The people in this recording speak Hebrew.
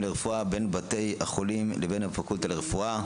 לרפואה בין בתי החולים לבין הפקולטה לרפואה.